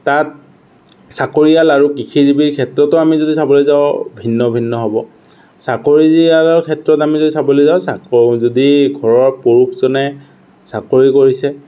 তাত চাকৰিয়াল আৰু কৃষিজীৱীৰ ক্ষেত্ৰতো আমি যদি চাবলৈ যাওঁ ভিন্ন ভিন্ন হ'ব চাকৰিয়ালৰ ক্ষেত্ৰত আমি যদি চাবলৈ যাওঁ যদি ঘৰৰ পুৰুষজনে চাকৰি কৰিছে